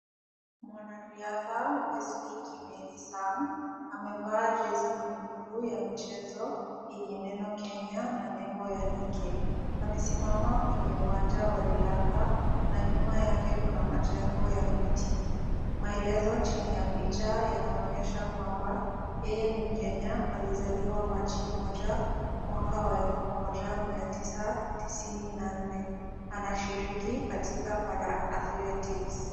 Mwanariadha Wesley Kimeli Sang amevaa jezi nyekundu ya mchezo yenye neno Kenya na nembo ya Nike. Amesimama kwenye uwanja wa riadha na nyuma yake kuna majengo ya miti. Maelezo chini ya picha yanaonyesha kwamba yeye ni mkenya, alizaliwa Machi 1 mwaka wa elfu moja mia tisa tisini na nne. Anashiriki katika para athlethics .